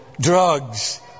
drugs